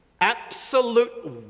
absolute